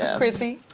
chrissie?